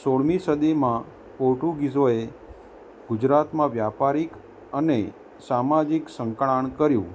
સોળમી સદીમાં પોર્ટુગીઝોએ ગુજરાતમાં વ્યાપારિક અને સામાજિક સંકળાણ કર્યું